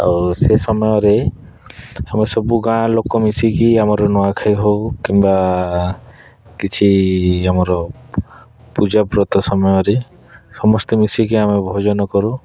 ଆଉ ସେ ସମୟରେ ଆମେ ସବୁ ଗାଁ ଲୋକ ମିଶିକି ଆମର ନୂଆଖାଇ ହେଉ କିମ୍ବା କିଛି ଆମର ପୂଜାବ୍ରତ ସମୟରେ ସମସ୍ତେ ମିଶିକି ଆମେ ଭୋଜନ କରୁ